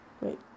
Wait